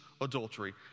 adultery